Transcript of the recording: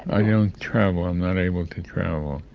i don't travel. i'm not able to travel.